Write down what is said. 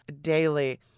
daily